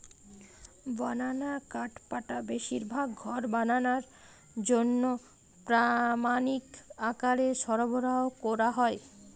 বানানা কাঠপাটা বেশিরভাগ ঘর বানানার জন্যে প্রামাণিক আকারে সরবরাহ কোরা হয়